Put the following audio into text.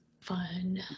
fun